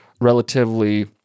relatively